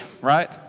right